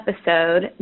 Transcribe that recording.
episode